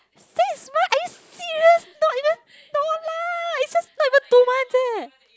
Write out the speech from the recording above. six months are you serious not even no lah it's just not even two months leh